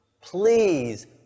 Please